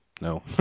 no